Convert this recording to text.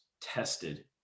tested